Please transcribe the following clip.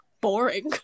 boring